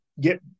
get